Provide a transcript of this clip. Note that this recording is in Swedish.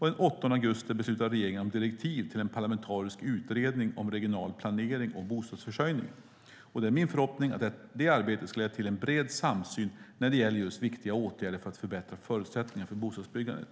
Den 8 augusti beslutade regeringen om direktiv till en parlamentarisk utredning om regional planering och bostadsförsörjning, och det är min förhoppning att det arbetet ska leda till en bred samsyn när det gäller viktiga åtgärder för att förbättra förutsättningarna för bostadsbyggandet.